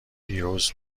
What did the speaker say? دیروز